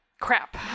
crap